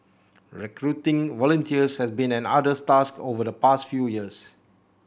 recruiting volunteers has been an arduous task over the past few years